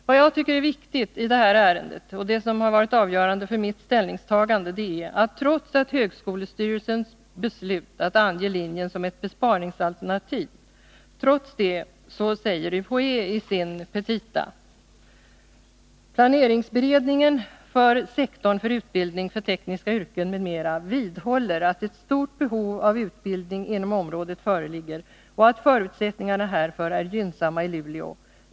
Vad jag tycker är viktigt i det här ärendet — och det har varit avgörande för mitt ställningstagande — är att UHÄ, trots högskolestyrelsens beslut att ange linjen som ett besparingsalternativ, i sina petita säger: ”Planeringsberedningen för sektorn för utbildning för tekniska yrken m m vidhåller att ett stort behov av utbildning inom området föreligger och att förutsättningarna härför är gynnsamma i Luleå.